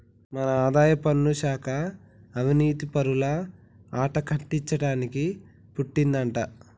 మన ఆదాయపన్ను శాఖ అవనీతిపరుల ఆట కట్టించడానికి పుట్టిందంటా